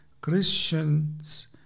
christians